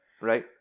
Right